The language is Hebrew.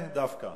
לא בזה דווקא?